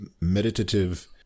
meditative